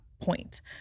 point